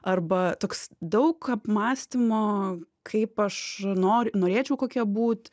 arba toks daug apmąstymo kaip aš nor norėčiau kokia būt